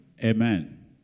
Amen